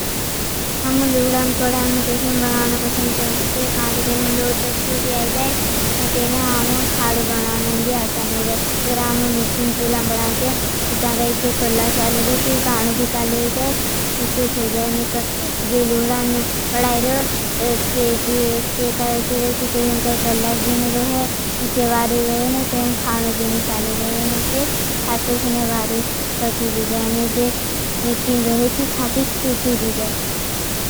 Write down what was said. हमों लुधान कड़ायं में कैसे हम बनावना पसंद करते हैं। क्योंकि तरे में लोध तत्वा भी आजाए। ने तरे में हमों खाड़ो। बनावने हमें भी आसान ही रहो। अगर हमों मिटिन चुलां बनावने हैं। इच्छां काई चेक कल्लास वाले रहे हैं। अगर हमों मिटिन चुलां बनावने है।